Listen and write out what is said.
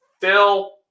Phil